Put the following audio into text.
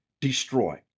Destroy